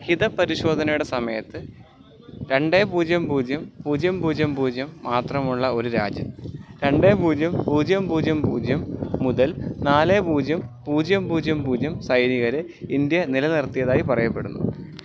ഹിതപരിശോധനയുടെ സമയത്ത് രണ്ട് പൂജ്യം പൂജ്യം പൂജ്യം പൂജ്യം പൂജ്യം മാത്രമുള്ള ഒരു രാജ്യത്ത് രണ്ട് പൂജ്യം പൂജ്യം പൂജ്യം പൂജ്യം മുതൽ നാല് പൂജ്യം പൂജ്യം പൂജ്യം പൂജ്യം സൈനികരെ ഇന്ത്യ നിലനിർത്തിയതായി പറയപ്പെടുന്നു